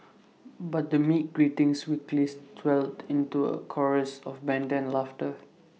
but the meek greetings weakness swelled into A chorus of banter laughter